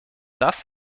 das